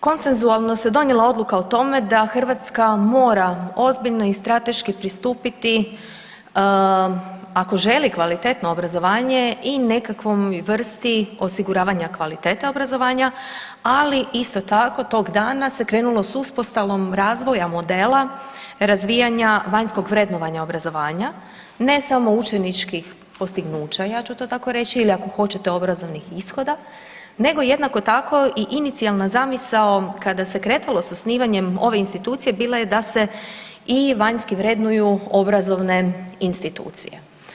Konsensualno se donijela odluka o tome da Hrvatska mora ozbiljno i strateški pristupiti, ako želi kvalitetno obrazovanje, i nekakvoj vrsti osiguravanja kvalitete obrazovanja, ali isto tako tog dana se krenulo s uspostavom razvoja modela razvijanja vanjskog vrednovanja obrazovanja ne samo učeničkih postignuća ja ću to tako reći ili ako hoćete obrazovnih ishoda nego jednako tako i inicijalna zamisao kada se kretalo s osnivanjem ove institucije bila je da se i vanjski vrednuju obrazovne institucije.